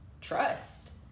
trust